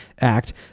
Act